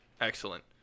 excellent